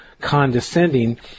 condescending